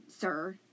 sir